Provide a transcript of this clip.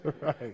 Right